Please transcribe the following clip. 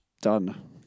Done